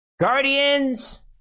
Guardians